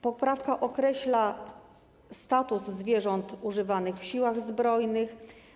Poprawka określa status zwierząt używanych w Siłach Zbrojnych.